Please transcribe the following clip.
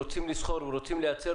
רוצים לסחור ולייצר,